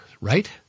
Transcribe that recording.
right